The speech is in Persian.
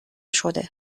شده